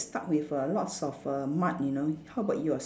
stuck with err lots of err mud you know how about yours